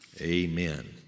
Amen